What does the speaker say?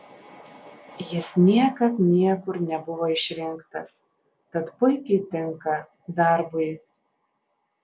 jis niekad niekur nebuvo išrinktas tad puikiai tinka darbui